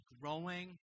growing